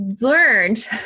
learned